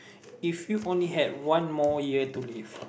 if you only have one more year to live